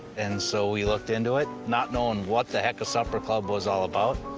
and so we looked into it not knowing what the heck a supper club was all about.